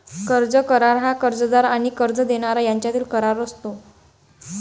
कर्ज करार हा कर्जदार आणि कर्ज देणारा यांच्यातील करार असतो